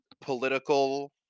political